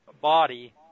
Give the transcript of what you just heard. body